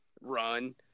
run